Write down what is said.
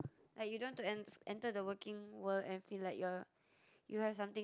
like you don't want to enter the working world and feel like you are you have something